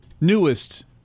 newest